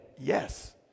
Yes